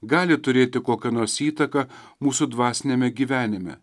gali turėti kokią nors įtaką mūsų dvasiniame gyvenime